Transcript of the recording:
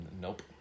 Nope